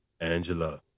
Angela